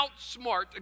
outsmart